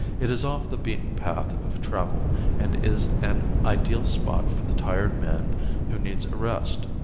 it is off the beaten path of travel and is an ideal spot for the tired man who needs a rest.